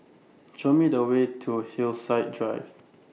Show Me The Way to Hillside Drive